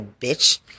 bitch